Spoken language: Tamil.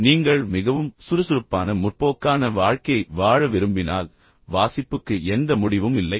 எனவே நீங்கள் மிகவும் சுறுசுறுப்பான முற்போக்கான வாழ்க்கையை வாழ விரும்பினால் வாசிப்புக்கு எந்த முடிவும் இல்லை